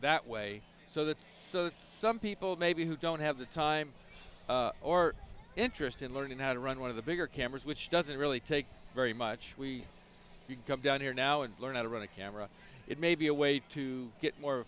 that way so that some people maybe who don't have the time or interest in learning how to run one of the bigger cameras which doesn't really take very much we got down here now and learn how to run a camera it may be a way to get more